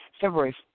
february